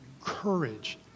courage